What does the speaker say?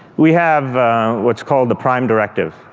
we have what's called the prime directive,